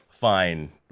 Fine